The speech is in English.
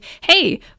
hey